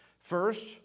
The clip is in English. First